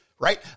right